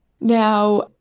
Now